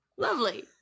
lovely